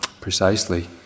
precisely